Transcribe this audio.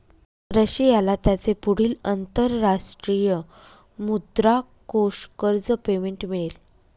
रशियाला त्याचे पुढील अंतरराष्ट्रीय मुद्रा कोष कर्ज पेमेंट मिळेल